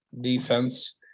defense